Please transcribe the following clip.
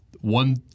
one